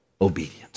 obedience